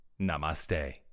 Namaste